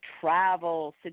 travel